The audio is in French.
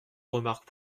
remarques